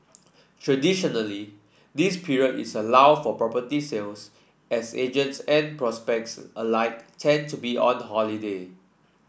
traditionally this period is a lull for property sales as agents and prospects alike tend to be on the holiday